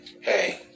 Hey